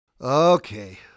Okay